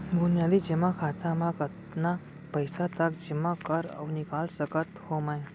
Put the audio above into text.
बुनियादी जेमा खाता म कतना पइसा तक जेमा कर अऊ निकाल सकत हो मैं?